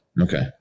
Okay